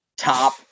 Top